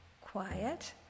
quiet